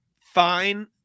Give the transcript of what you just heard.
fine